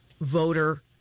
voter